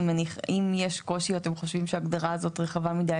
אם יש קושי או אתם חושבים שההגדרה הזאת רחבה מידי,